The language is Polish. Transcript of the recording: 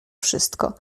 wszystko